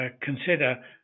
consider